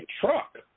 truck